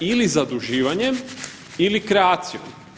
Ili zaduživanjem ili kreacijom.